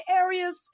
areas